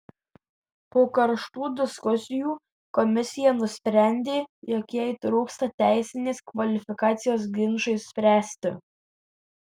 po karštų diskusijų komisija nusprendė jog jai trūksta teisinės kvalifikacijos ginčui spręsti